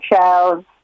shells